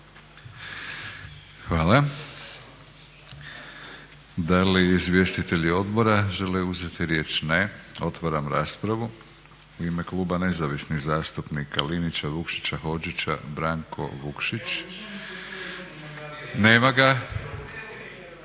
Hvala. Da li izvjestitelji odbora žele uzeti riječ? Ne. Otvaram raspravu. U ime Kluba nezavisnih zastupnika Linića – Vukšića – Hodžića, Branko Vukšić. Nema ga.